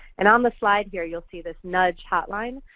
and on the slide here, you'll see this nudge hotline.